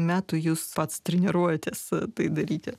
metų jūs pats treniruojatės tai daryti